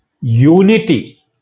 unity